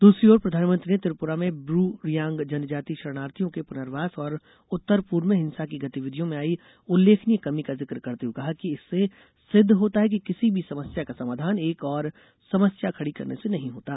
दूसरी ओर प्रधानमंत्री ने त्रिपुरा में ब्रू रियांग जनजाति शरणार्थियों के पुनर्वास और उत्तर पूर्व में हिंसा की गतिविधियों में आयी उल्लेखनीय कमी का जिक करते हुए कहा कि इससे सिद्ध होता है कि किसी भी समस्या का समाधान एक और समस्या खड़ी करने से नहीं होता